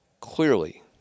clearly